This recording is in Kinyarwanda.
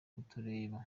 kutureka